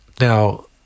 Now